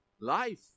Life